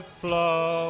flow